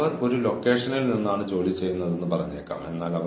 അതിനാൽ ഈ നിയമം അനുസരിച്ച് നിങ്ങൾ അച്ചടക്കം പാലിക്കണം